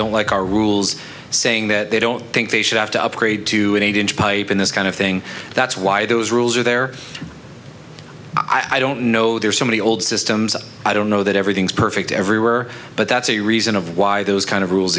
don't like our rules saying that they don't think they should have to upgrade to an eight inch pipe in this kind of thing that's why those rules are there i don't know there's so many old systems i don't know that everything's perfect everywhere but that's a reason of why those kind of rules